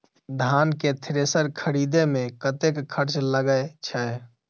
धान केँ थ्रेसर खरीदे मे कतेक खर्च लगय छैय?